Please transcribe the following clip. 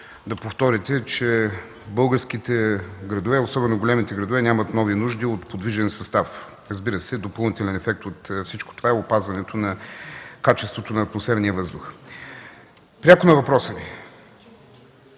да повторите, че българските градове, особено големите градове нямат нови нужди от подвижен състав. Разбира се, допълнителен ефект от всичко това е опазването на качеството на атмосферния въздух. Пряко на въпроса Ви